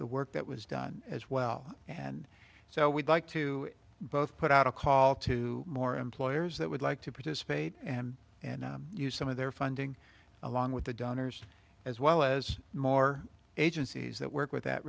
the work that was done as well and so we'd like to both put out a call to more employers that would like to participate and use some of their funding along with the downers as well as more agencies that work with